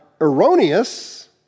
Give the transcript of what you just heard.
erroneous